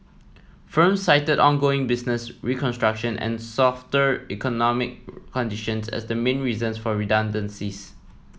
firms cited ongoing business restructuring and softer economic conditions as the main reasons for redundancies